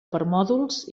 permòdols